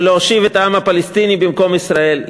ולהושיב את העם הפלסטיני במקום ישראל.